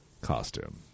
costume